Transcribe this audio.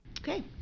Okay